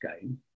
game